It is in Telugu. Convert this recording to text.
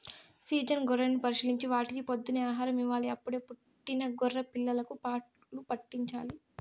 సీజన్ గొర్రెలను పరిశీలించి వాటికి పొద్దున్నే ఆహారం ఇవ్వాలి, అప్పుడే పుట్టిన గొర్రె పిల్లలకు పాలు పాట్టించాలి